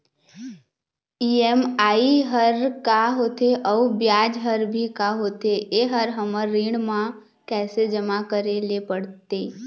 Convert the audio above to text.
EMI हर का होथे अऊ ब्याज हर भी का होथे ये हर हमर ऋण मा कैसे जमा करे ले पड़ते?